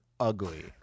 ugly